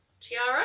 tiara